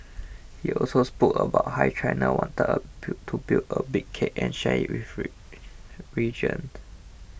he also spoke about how China wanted a to build a big cake and share it region